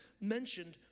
mentioned